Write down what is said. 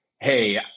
hey